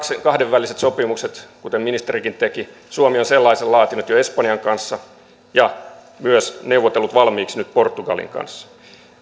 kahdenväliset sopimukset kuten ministerikin teki suomi on sellaisen laatinut jo espanjan kanssa ja myös neuvotellut valmiiksi nyt portugalin kanssa